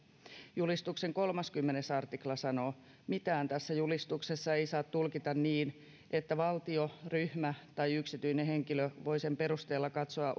julistuksen kolmaskymmenes artikla sanoo mitään tässä julistuksessa ei saa tulkita niin että valtio ryhmä tai yksityinen henkilö voi sen perusteella katsoa